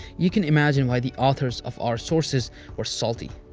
you can imagine why the authors of our sources were salty.